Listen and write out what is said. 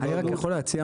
תנו לנו,